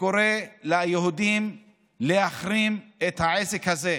קורא ליהודים להחרים את העסק הזה.